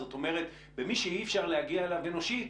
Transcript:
זאת אומרת, במי שאי-אפשר להגיע אליו אנושית,